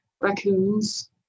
raccoons